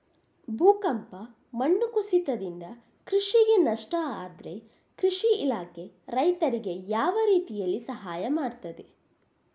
ಭೂಕಂಪ, ಮಣ್ಣು ಕುಸಿತದಿಂದ ಕೃಷಿಗೆ ನಷ್ಟ ಆದ್ರೆ ಕೃಷಿ ಇಲಾಖೆ ರೈತರಿಗೆ ಯಾವ ರೀತಿಯಲ್ಲಿ ಸಹಾಯ ಮಾಡ್ತದೆ?